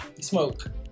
smoke